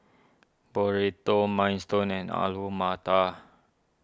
Burrito Minestone and Alu Matar